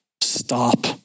stop